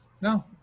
no